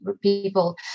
people